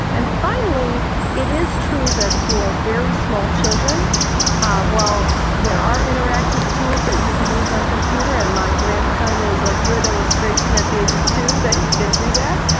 and finally it is true that for very small children while there are interactive tools that you can use on computer. and my grandson is a good illustration at the age of two that you can do that.